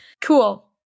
Cool